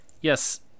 yes